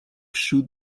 should